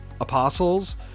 apostles